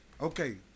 okay